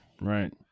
Right